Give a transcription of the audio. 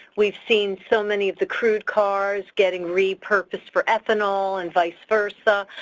we've seen so many of the crude cars getting repurposed for ethanol and vice versa.